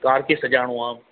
car खे सॼाइणो आहे